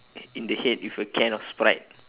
in the head with a can of sprite